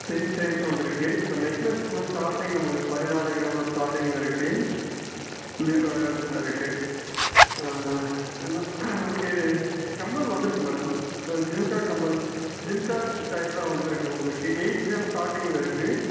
ten chains வந்துருக்குது இப்போ necklace கூட ஸ்டாட்டிங் நமக்கு பதினாலு கிராமில் ஸ்டாட்டிங்கில் இருக்குது நியூ அரைவல்ஸில் இருக்குது நமக்கு கம்மல் வந்துருக்குது மேடம் இந்த ஜிமுக்கா கம்மல் ஜிமுக்கா டைப்பில் வந்துருக்குது உங்களுக்கு எயிட் கிராம் ஸ்டாட்டிங்கில் இருக்குது